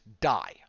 die